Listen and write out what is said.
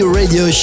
radio